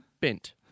bent